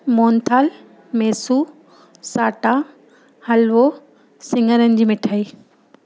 मोइनथालु मेसू साटा हलवो सिंङर जी मिठाई